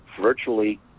virtually